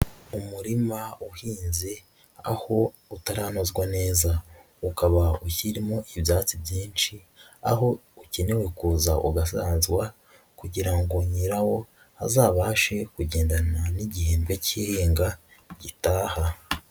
Umurima uhinze aho utaranozwa neza, ukaba ukirimo ibyatsi byinshi aho ukenewe kuza ugasanzwa kugira ngo nyirawo azabashe kugendana n'igihembwe cy'ihinga gitaha.